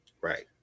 Right